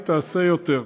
היא תעשה יותר.